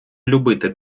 любити